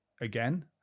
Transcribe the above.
again